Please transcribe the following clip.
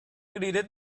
greeted